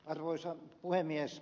arvoisa puhemies